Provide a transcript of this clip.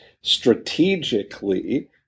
strategically